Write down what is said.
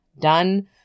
done